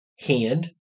hand